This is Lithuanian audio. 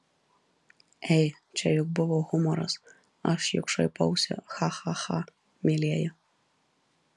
ei čia juk buvo humoras aš juk šaipausi cha cha cha mielieji